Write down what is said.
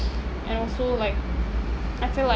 and also like I feel like